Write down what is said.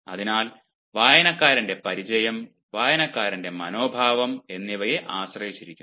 അതിനാൽ വായനക്കാരന്റെ പരിചയം വായനക്കാരന്റെ മനോഭാവം എന്നിവയെ ആശ്രയിച്ചിരിക്കുന്നു